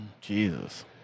Jesus